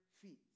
feet